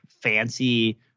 fancy